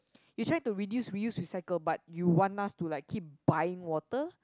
you try to reduce reuse recycle but you want us to like keep buying water